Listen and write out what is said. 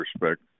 respect